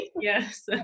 Yes